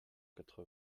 quatre